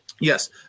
yes